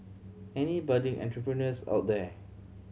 any budding entrepreneurs out there